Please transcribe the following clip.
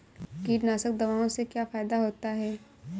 कीटनाशक दवाओं से क्या फायदा होता है?